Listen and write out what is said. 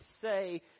say